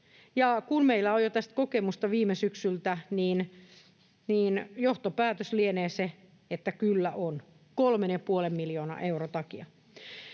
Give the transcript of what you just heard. kun meillä on jo tästä kokemusta viime syksyltä, niin johtopäätös lienee se, että kyllä on — 3,5 miljoonan euron takia.